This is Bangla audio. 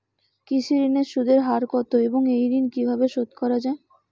কৃষি ঋণের সুদের হার কত এবং এই ঋণ কীভাবে শোধ করা য়ায়?